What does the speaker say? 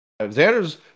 Xander's